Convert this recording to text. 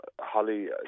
holly